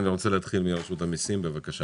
אני רוצה להתחיל מרשות המיסים, בבקשה